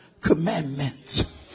commandments